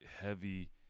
heavy